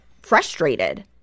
frustrated